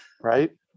Right